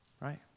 right